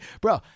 bro